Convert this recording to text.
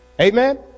Amen